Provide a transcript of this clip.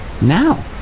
Now